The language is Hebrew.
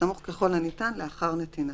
בסמוך ככל הניתן לאחר נתינתה."